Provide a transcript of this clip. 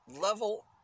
level